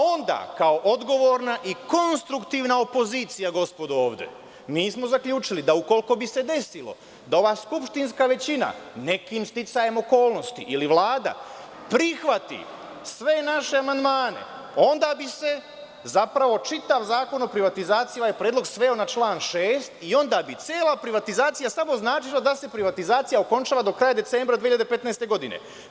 Onda, kao odgovorna i konstruktivna opozicija, gospodo ovde, mi smo zaključili da ukoliko bi se desilo da ova skupština većina, nekim sticajem okolnosti, ili Vlada, prihvati sve naše amandmane, onda bi se zapravo čitav Zakon o privatizaciji i ovaj predlog sveo na član 6. i onda bi cela privatizaciji samo značila da se privatizacija okončava do kraja decembra 2015. godine.